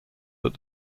that